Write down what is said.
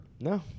No